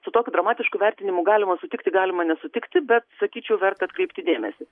su tokiu dramatišku vertinimu galima sutikti galima nesutikti bet sakyčiau verta atkreipti dėmesį